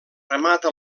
remata